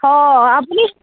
অঁ আপুনি